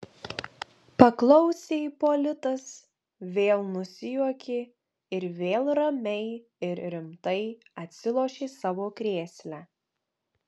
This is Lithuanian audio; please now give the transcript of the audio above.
paklausė ipolitas vėl nusijuokė ir vėl ramiai ir rimtai atsilošė savo krėsle